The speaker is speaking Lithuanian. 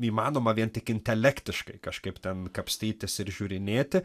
įmanoma vien tik intelektiškai kažkaip ten kapstytis ir žiūrinėti